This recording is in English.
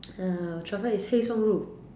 ya truffle is 黑送入